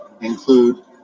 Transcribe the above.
include